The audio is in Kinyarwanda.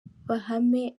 bahame